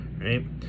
right